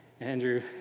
Andrew